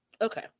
Okay